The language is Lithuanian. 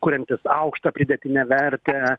kuriantis aukštą pridėtinę vertę